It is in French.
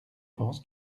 pense